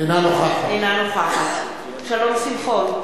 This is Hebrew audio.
אינה נוכחת שלום שמחון,